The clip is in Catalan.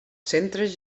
centres